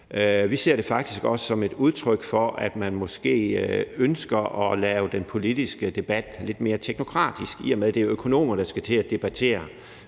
Vi ser det faktisk også som et udtryk for, at man måske ønsker at gøre den politiske debat lidt mere teknokratisk, i og med at det er økonomer, der skal til at debattere